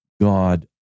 God